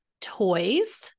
Toys